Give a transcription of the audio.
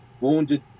wounded